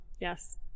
yes